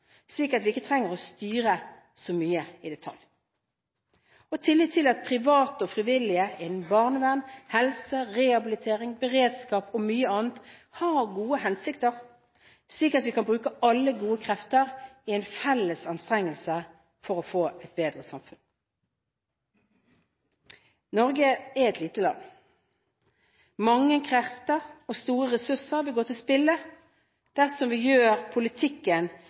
slik at vi ikke trenger å styre så mye i detalj. Tillit til at private og frivillige innen barnevern, helse, rehabilitering, beredskap og mye annet har gode hensikter, slik at vi kan bruke alle gode krefter i felles anstrengelse for å få et bedre samfunn. Norge er lite land. Mange krefter og store ressurser vil gå til spille dersom vi gjør politikken